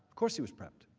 of course he was prepped.